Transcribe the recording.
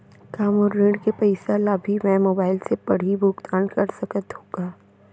का मोर ऋण के पइसा ल भी मैं मोबाइल से पड़ही भुगतान कर सकत हो का?